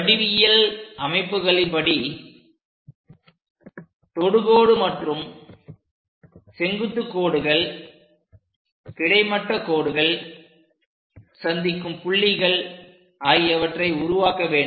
வடிவியல் அமைப்புகளின் படி தொடுகோடு மற்றும் செங்குத்துக் கோடுகள் கிடைமட்ட கோடுகள் சந்திக்கும் புள்ளிகள் ஆகியவற்றை உருவாக்க வேண்டும்